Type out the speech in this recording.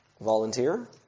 Volunteer